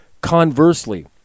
Conversely